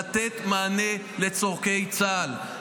לתת מענה לצורכי צה"ל.